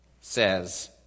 says